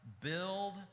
build